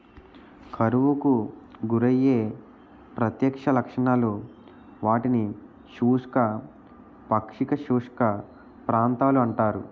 కరువుకు గురయ్యే ప్రత్యక్ష లక్షణాలు, వాటిని శుష్క, పాక్షిక శుష్క ప్రాంతాలు అంటారు